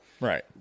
Right